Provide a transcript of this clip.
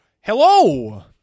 Hello